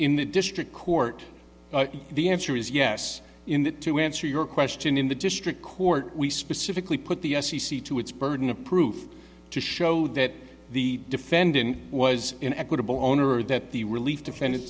in the district court the answer is yes in that to answer your question in the district court we specifically put the f c c to its burden of proof to show that the defendant was in equitable owner or that the relief defend